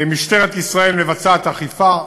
משטרת ישראל מבצעת אכיפה,